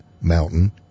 Mountain